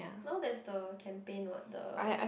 now there's the campaign what the